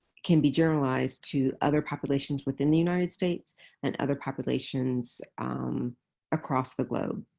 can be generalized to other populations within the united states and other populations um across the globe.